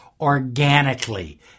organically